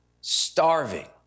starving